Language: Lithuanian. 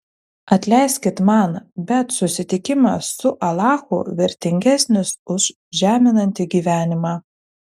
atleiskit man bet susitikimas su alachu vertingesnis už žeminantį gyvenimą